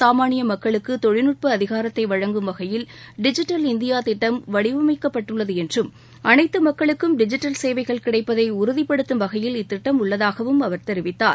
சாமாளிய மக்களுக்கு தொழில்நட்ப அதிகாரத்தை வழங்கும் வகையில் டிஜிடல் இந்தியா திட்டம் வடிவமைக்கப்பட்டுள்ளது என்றும் அனைத்து மக்களுக்கும் டிஜிடல் சேவைகள் கிடைப்பதை உறுதிப்படுத்தும் வகையில் இத்திட்டம் உள்ளதாகவும் அவர் தெரிவித்தார்